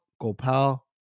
gopal